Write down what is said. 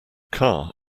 car